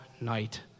night